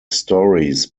stories